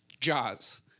Jaws